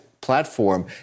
platform